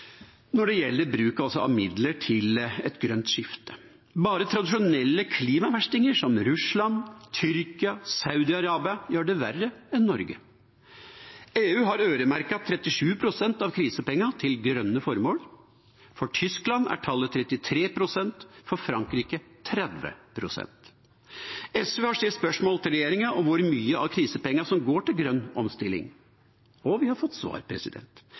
når det gjelder bruk av midler til et grønt skifte. Bare tradisjonelle klimaverstinger som Russland, Tyrkia, Saudi-Arabia gjør det verre enn Norge. EU har øremerket 37 pst. av krisepengene til grønne formål. For Tyskland er tallet 33 pst., for Frankrike 30 pst. SV har stilt spørsmål til regjeringa om hvor mye av krisepengene som går til grønn omstilling, og vi har fått svar.